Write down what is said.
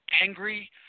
angry